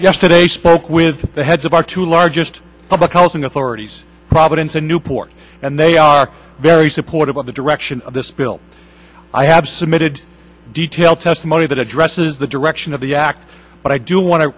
yesterday spoke with the heads of our two largest public housing authorities providence and newport and they are very supportive of the direction of this bill i have submitted detailed testimony that addresses the direction of the act but i do want to